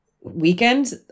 weekend